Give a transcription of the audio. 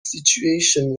situation